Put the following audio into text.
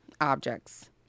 objects